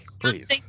please